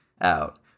out